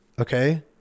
okay